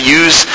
use